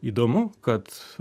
įdomu kad